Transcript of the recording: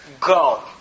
Go